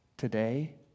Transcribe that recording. Today